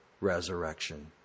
resurrection